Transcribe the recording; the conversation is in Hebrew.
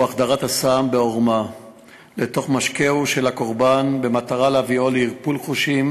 היא החדרת הסם בעורמה לתוך משקהו של הקורבן במטרה להביאו לערפול חושים